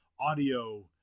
audio